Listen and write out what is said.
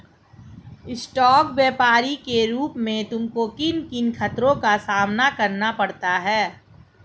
Stock व्यापरी के रूप में तुमको किन किन खतरों का सामना करना होता है?